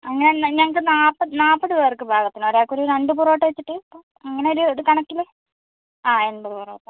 അങ്ങനന്നെ ഞങ്ങൾക്ക് നാപ്പത് നാപ്പത് പേർക്ക് പാകത്തിന് ഒരാക്കൊരു രണ്ട് പൊറോട്ട വെച്ചിട്ട് അങ്ങനൊരു ഒരു കണക്കില് ആ എൺപത് പൊറോട്ട